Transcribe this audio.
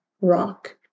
rock